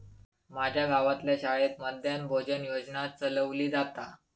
माज्या गावातल्या शाळेत मध्यान्न भोजन योजना चलवली जाता